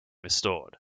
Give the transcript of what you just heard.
restored